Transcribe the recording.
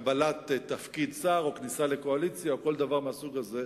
קבלת תפקיד שר או כניסה לקואליציה או כל דבר מהסוג הזה,